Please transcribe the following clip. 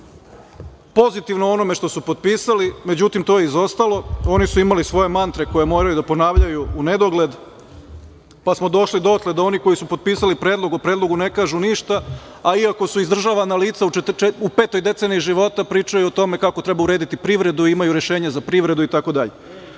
pozitivno o onome što su potpisali, međutim, to je izostalo. Oni su imali svoje mantre koje moraju da ponavljaju u nedogled pa smo došli dotle da oni koji su potpisali predlog o predlogu ne kažu ništa, a i ako su izdržavana lica u petoj deceniji života, pričaju o tome kako treba urediti privredu. Imaju rešenje za privredu itd. Sa